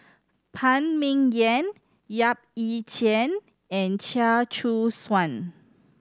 Phan Ming Yen Yap Ee Chian and Chia Choo Suan